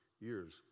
years